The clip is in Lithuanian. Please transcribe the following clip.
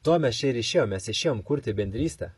to mes čia ir išėjom mes išėjom kurti bendrystę